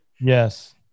Yes